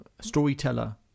storyteller